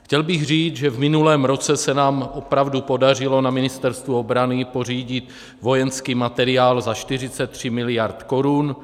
Chtěl bych říct, že v minulém roce se nám opravdu podařilo na Ministerstvu obrany pořídit vojenský materiál za 43 miliard korun.